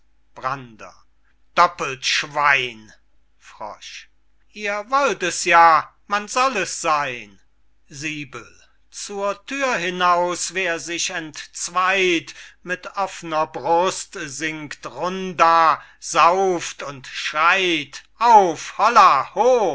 brander doppelt schwein ihr wollt es ja man soll es seyn zur thür hinaus wer sich entzweyt mit offner brust singt runda sauft und schreyt auf holla